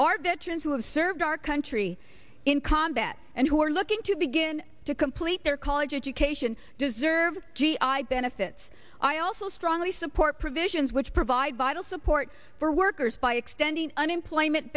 our veterans who have served our country in combat and who are looking to begin to complete their college education deserve g i benefits i also strongly support provisions which provide vital support for workers by extending unemployment